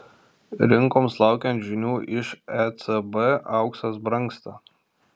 rinkoms laukiant žinių iš ecb auksas brangsta